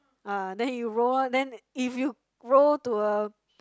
uh then you roll oh then if you roll to a